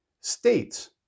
states